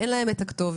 אין להם כתובת,